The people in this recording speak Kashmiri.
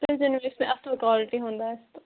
اَصٕل کالٹی ہُنٛد آسہِ تہٕ